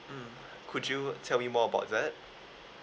mm could you tell me more about that